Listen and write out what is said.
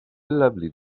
lovely